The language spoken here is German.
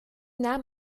nahm